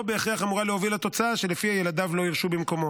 בהכרח אמורה להוביל לתוצאה שלפיה ילדיו לא יורשו במקומו.